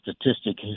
statistic